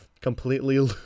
completely